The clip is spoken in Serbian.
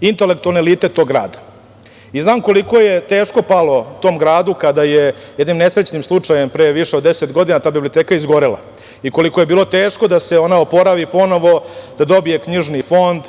intelektualne elite tog grada. Znam koliko je teško palo tom gradu kada je jednim nesrećnim slučajem, pre više od deset godina, ta biblioteka izgorela i koliko je bilo teško da se ona oporavi ponovo da dobije knjižni fond,